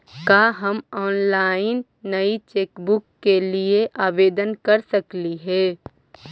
का हम ऑनलाइन नई चेकबुक के लिए आवेदन कर सकली हे